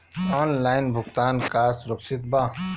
Online भुगतान का सुरक्षित बा?